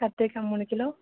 கத்திரிக்காய் மூணு கிலோ